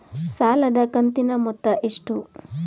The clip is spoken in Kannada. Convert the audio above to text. ಸಾಲದ ಕಂತಿನ ಮೊತ್ತ ಎಷ್ಟು?